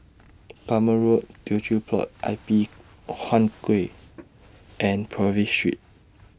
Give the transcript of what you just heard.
Plumer Road Teochew Poit Ip Huay Kuan and Purvis Street